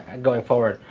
going forward.